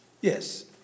Yes